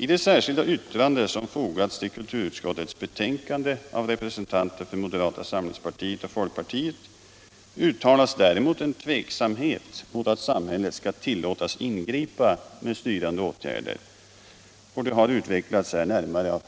I det särskilda yttrande som fogats till kulturutskottets betänkande av representanter för moderata samlingspartiet och folkpartiet uttalas däremot en tveksamhet mot att samhället skall tillåtas ingripa med styrande åtgärder — det har utvecklats här närmare av